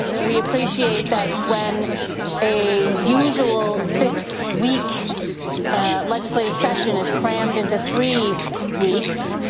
but we appreciate that when a usual six-week legislative session is crammed into three weeks,